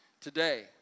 Today